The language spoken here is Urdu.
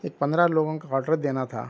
ایک پندرہ لوگوں کا آرڈر دینا تھا